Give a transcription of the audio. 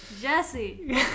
Jesse